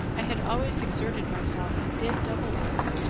i had always exerted myself and did double work,